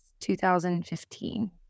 2015